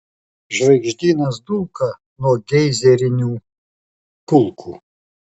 žvaigždynas dulka nuo geizerinių kulkų